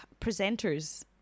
presenters